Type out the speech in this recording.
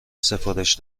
سفارش